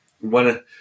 one